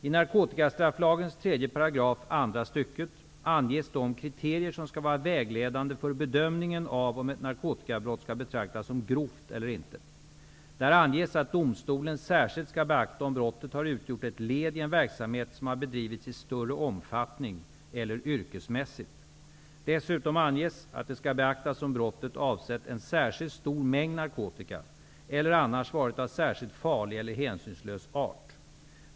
I narkotikastrafflagens 3 § andra stycket, anges de kriterier som skall vara vägledande för bedömningen av om ett narkotikabrott skall betraktas som grovt eller inte. Där anges att domstolen särskilt skall beakta om brottet har utgjort ett led i en verksamhet som har bedrivits i större omfattning eller yrkesmässigt. Dessutom anges att det skall beaktas om brottet avsett en särskilt stor mängd narkotika eller annars varit av särskilt farlig eller hänsynslös art.